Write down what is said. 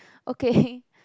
okay